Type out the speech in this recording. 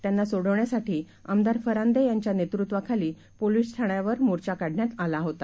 त्यांना सोडवण्यासाठी आमदार फरांदे यांच्या नेतृत्वाखाली पोलीस ठाण्यावर मोर्चा काढण्यात आला होता